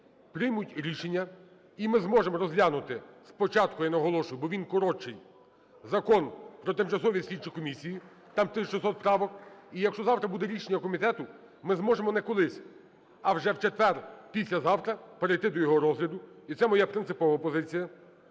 приймуть рішення, і ми зможемо розглянути спочатку, я наголошу, бо він коротший, Закон про тимчасові слідчі комісії, там 1 тисяча 600 правок. І якщо завтра буде рішення комітету, ми зможемо не колись, а вже в четвер, післязавтра, перейти до його розгляду. І це моя принципова позиція.